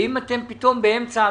האם באמצע,